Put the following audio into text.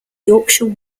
yorkshire